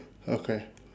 okay